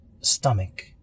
stomach